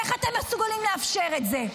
איך אתם מסוגלים לאפשר את זה?